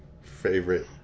favorite